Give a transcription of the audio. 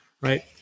right